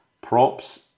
props